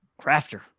Crafter